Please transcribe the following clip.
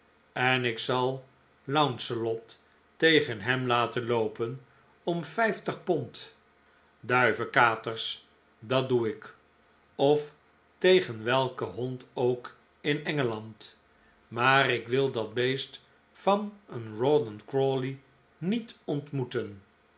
en ik zal launcelot tegen hem laten loopen om vijftig pond duivekaters dat doe ik of tegen welken hond ook in engeland maar ik wil dat beest van een rawdon crawley niet ontmoeten